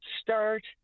start